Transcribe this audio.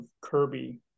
Kirby